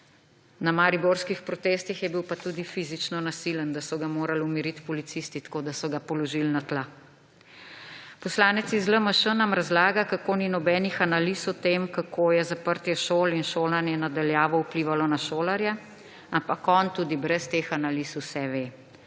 na mariborskih protestih je bil pa tudi fizično nasilen, da so ga morali umiriti policisti tako, da so ga položili na tla. Poslanec iz LMŠ nam razlaga, kako ni nobenih analiz o tem, kako je zaprtje šol in šolanje na daljavo vplivalo na šolarje. Ampak on tudi brez teh analiz vse ve.